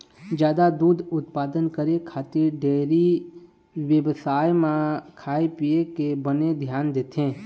जादा दूद उत्पादन करे खातिर डेयरी बेवसाय म खाए पिए के बने धियान देथे